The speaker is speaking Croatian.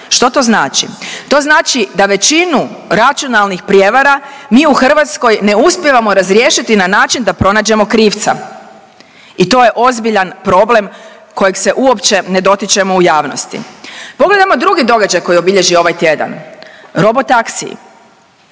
Što to znači? To znači da većinu računalnih prijevara mi u Hrvatskoj ne uspijevamo razriješiti na način da pronađemo krivca. I to je ozbiljan problem kojeg se uopće ne dotičemo u javnosti. Pogledajmo drugi događaj koji je obilježio ovaj tjedan, robotaksiji.